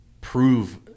prove